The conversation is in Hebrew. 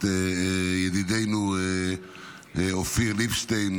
את ידידנו אופיר ליבשטיין,